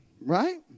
Right